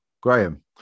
graham